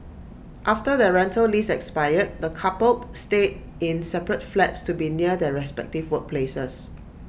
after their rental lease expired the coupled stayed in separate flats to be near their respective workplaces